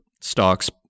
stocks